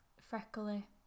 Freckly